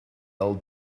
old